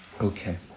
Okay